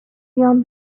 بیام